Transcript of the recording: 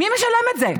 מי משלם את זה?